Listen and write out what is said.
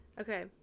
Okay